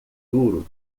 duro